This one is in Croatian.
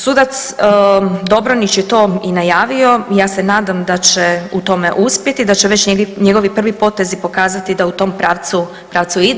Sudac Dobronić je to i najavio, ja se nadam da će u tome uspjeti, da će već njegovi prvi potezi pokazati da u tom pravcu ide.